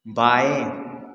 बाएँ